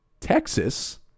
Texas